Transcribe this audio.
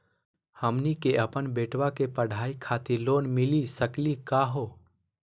हमनी के अपन बेटवा के पढाई खातीर लोन मिली सकली का हो?